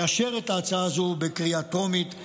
לאשר את ההצעה הזו בקריאה טרומית,